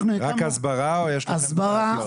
רק הסברה או שיש לכם --- הסברה,